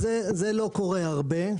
זה לא קורה הרבה,